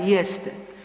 Jeste.